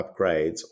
upgrades